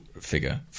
figure